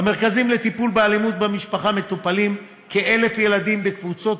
במרכזים לטיפול באלימות במשפחה מטופלים כ-1,000 ילדים בקבוצות